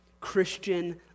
Christian